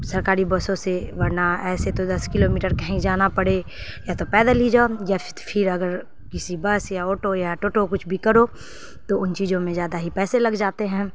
سرکاری بسوں سے ورنہ ایسے تو دس کلو میٹر کہیں جانا پڑے یا تو پیدل ہی جاؤ یا پھر اگر کسی بس یا آٹو یا ٹوٹو کچھ بھی کرو تو ان چیزوں میں زیادہ ہی پیسے لگ جاتے ہیں